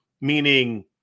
meaning